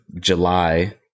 July